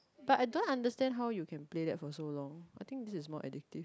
but I don't understand how you can play that for so long I think this is more addictive